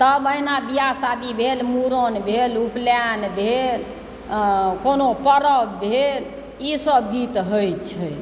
सब अहिना बियाह शादी भेल मुड़न भेल उपनयन भेल कोनो पर्व भेल ई सब गीत होइत छै